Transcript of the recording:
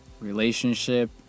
relationship